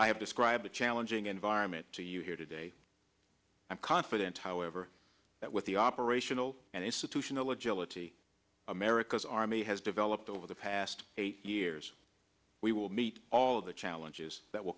i have described a challenging environment to you here today i'm confident however that with the operational and institutional agility america's army has developed over the past eight years we will meet all of the challenges that will